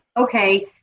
okay